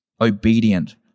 obedient